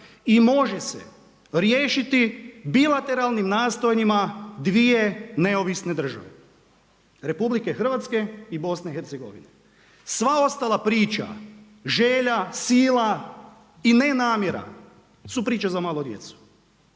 i može se riješiti bilateralnim nastojanjima dvije neovisne države – Republike Hrvatske i BiH. Sva ostala priča, želja, sila i ne namjera su priča za malu djecu.